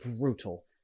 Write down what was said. brutal